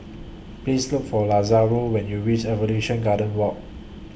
Please Look For Lazaro when YOU REACH Evolution Garden Walk